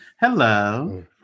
Hello